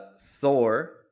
Thor